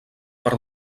per